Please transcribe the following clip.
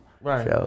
Right